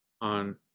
on